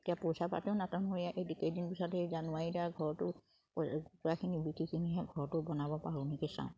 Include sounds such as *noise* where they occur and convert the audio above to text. এতিয়া পইচা পাতিও নাটন হৈ কেইদিন পিছতহে জানুৱাৰী *unintelligible* ঘৰটো কুকুৰাখিনি *unintelligible* ঘৰটো বনাব পাৰোঁ নেকি চাওঁ